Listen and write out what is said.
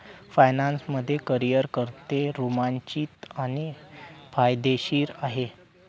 finance मध्ये career करणे रोमांचित आणि फायदेशीर आहे